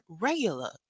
Regular